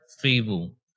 feeble